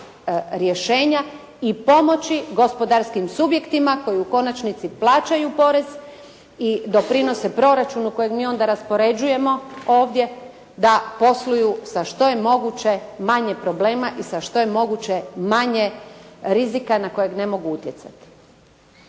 rješenja i pomoći gospodarskim subjektima koji u konačnici plaćaju porez i doprinose proračunu kojeg mi onda raspoređujemo ovdje da posluju sa što je moguće manje problema i sa što je moguće manje rizika na kojeg ne mogu utjecati.